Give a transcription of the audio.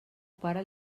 pare